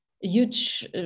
huge